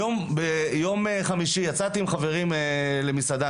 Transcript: ביום חמישי יצאתי עם חברים למסעדה,